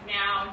now